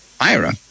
ira